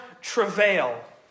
travail